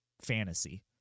fantasy